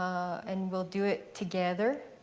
and we'll do it, together,